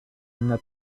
una